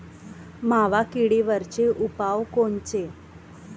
मावा किडीवरचे उपाव कोनचे?